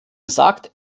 gesagt